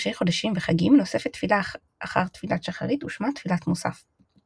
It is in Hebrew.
ראשי חודשים וחגים נוספת תפילה אחר תפילת שחרית ושמה תפילת מוסף.